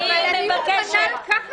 --- אני מוכנה לקחת על עצמי את העונש.